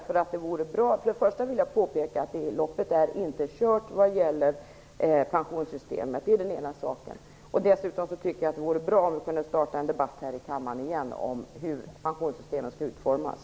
Först och främst vill jag påpeka att loppet inte är kört vad gäller pensionssystemet. Det är den ena saken. Dessutom vidhåller jag att det vore bra om vi kunde starta en debatt här i kammaren igen om hur pensionssystemet skall utformas.